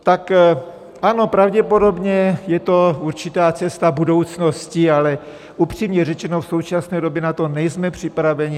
Tak ano, pravděpodobně je to určitá cesta budoucnosti, ale upřímně řečeno, v současné době na to nejsme připraveni.